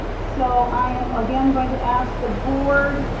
so i am again going to ask the board,